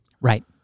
Right